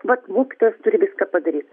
vat mokytojas turi viską padaryt